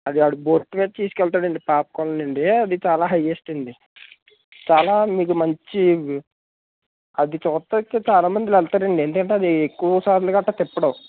ఆది వాడు బోటు మీద తీసుకెళ్తాడండి పాపికొండలు అది చాలా హైఎస్ట్ అండి చాలా మీకు మంచి ఆది చూడడానికి అయితే చాలామంది వెళ్తారండి ఎందుకంటే అది ఎక్కువ సార్లు గట్రా తిప్పడు